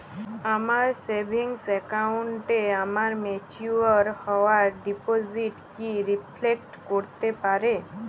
আমার সেভিংস অ্যাকাউন্টে আমার ম্যাচিওর হওয়া ডিপোজিট কি রিফ্লেক্ট করতে পারে?